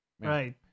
Right